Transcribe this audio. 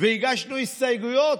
והגשנו הסתייגויות.